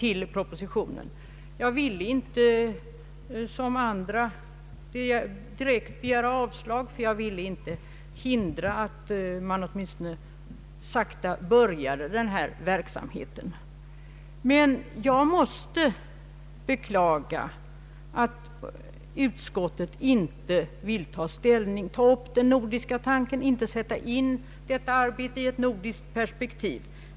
I motsats till en del andra ville jag inte direkt yrka avslag, ty jag ville inte hindra att man åtminstone sakta började den här verksamheten. Emellertid måste jag beklaga att utskottet inte velat ta upp den nordiska tanken och sätta in biståndsutbildningen i ett nordiskt perspektiv.